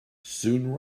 soon